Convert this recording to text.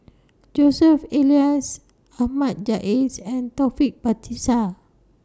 Joseph Elias Ahmad Jais and Taufik Batisah